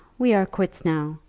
we are quits now,